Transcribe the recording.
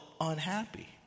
unhappy